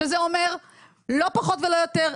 שזה אומר לא פחות ולא יותר,